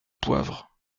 poivre